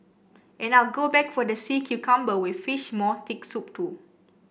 and I'll go back for the sea cucumber with fish maw thick soup too